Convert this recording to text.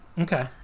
Okay